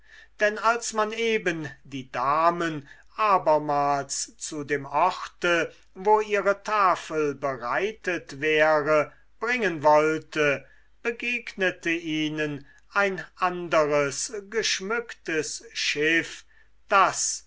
denn als man eben die damen abermals zu dem orte wo ihre tafel bereitet wäre bringen wollte begegnete ihnen ein anderes geschmücktes schiff das